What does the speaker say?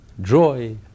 joy